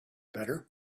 better